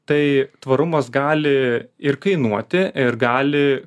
tai tvarumas gali ir kainuoti ir gali